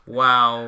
wow